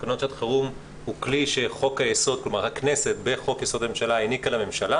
תקנות שעת חירום הוא כלי שהכנסת בחוק-יסוד: הממשלה העניקה לממשלה,